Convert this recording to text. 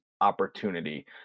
opportunity